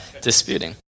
disputing